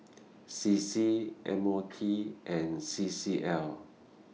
C C M O T and C C L